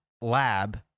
Lab